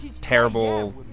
terrible